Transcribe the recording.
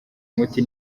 umuti